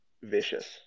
Vicious